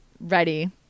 ready